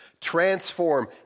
Transform